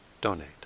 donate